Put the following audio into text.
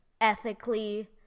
ethically